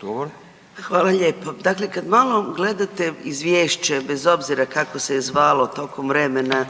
(GLAS)** Hvala lijepa. Dakle, kad malo gledate izvješće bez obzira kako se je zvalo tokom vremena